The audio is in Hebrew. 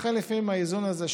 לכן לפעמים האיזון הזה,